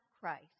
Christ